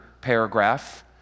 paragraph